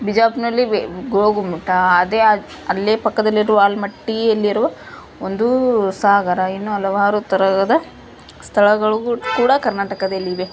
ಬಿಜಾಪುರದಲ್ಲಿ ಗೋಲಗುಮ್ಮಟ ಅದೇ ಅಲ್ಲೇ ಪಕ್ಕದಲ್ಲಿರುವ ಆಲಮಟ್ಟಿಯಲ್ಲಿರುವ ಒಂದು ಸಾಗರ ಇನ್ನೂ ಹಲವಾರು ತರಹದ ಸ್ಥಳಗಳು ಕೂಡ ಕರ್ನಾಟಕದಲ್ಲಿವೆ